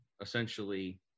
essentially